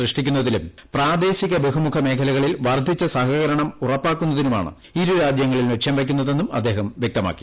സൃഷ്ടിക്കുന്നതിലും പ്രാദേശിക ബഹുമുഖ മേഖലകളിൽ വർദ്ധിച്ച സഹകരണം ഉറപ്പാക്കുന്നതിനുമാണ് ഇരുരാജ്യങ്ങളും ലക്ഷ്യം വയ്ക്കുന്നതെന്നും അദ്ദേഹം വ്യക്ത്യമാക്കി